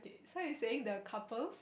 so you saying the couples